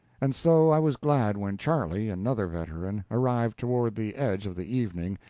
and so i was glad when charley, another veteran, arrived toward the edge of the evening,